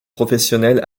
professionnelle